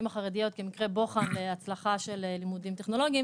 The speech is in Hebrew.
החרדיות כמקרה בוחן להצלחה של לימודים טכנולוגיים.